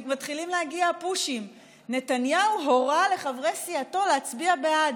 מתחילים להגיע הפושים: נתניהו הורה לחברי סיעתו להצביע בעד.